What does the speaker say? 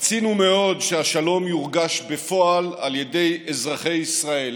"רצינו מאוד שהשלום יורגש בפועל על ידי אזרחי ישראל,